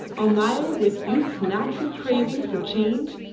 almayer, with youth's natural craving for change,